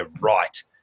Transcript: right